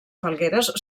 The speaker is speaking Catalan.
falgueres